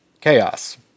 chaos